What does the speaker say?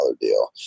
deal